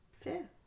Fair